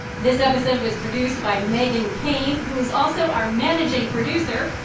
this episode was produced by meghan keane, who is also our managing producer.